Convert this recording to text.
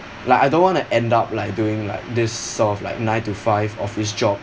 like I don't want to end up like doing like this sort of like nine to five office job